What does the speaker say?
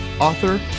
author